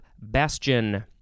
bastion